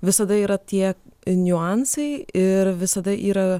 visada yra tie niuansai ir visada yra